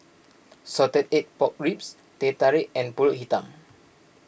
Salted Egg Pork Ribs Teh Tarik and Pulut Hitam